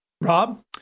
Rob